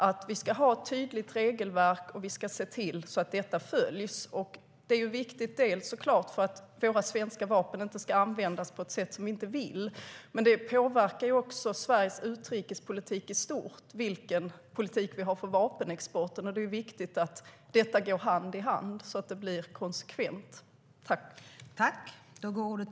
Det ska finnas ett tydligt regelverk, och det ska följas. Det är viktigt för att våra svenska vapen inte ska användas på ett sätt som vi inte vill, men det påverkar också Sveriges utrikespolitik i stort vilken politik vi har för vapenexporten. Det är viktigt att detta går hand i hand så att det blir konsekvent.